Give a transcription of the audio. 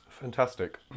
Fantastic